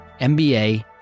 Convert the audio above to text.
MBA